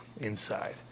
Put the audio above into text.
inside